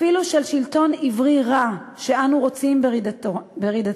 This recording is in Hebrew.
אפילו של שלטון עברי רע שאנו רוצים ברדתו.